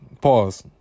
Pause